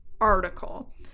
article